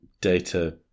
data